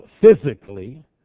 physically